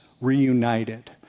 reunited